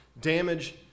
damage